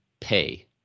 pay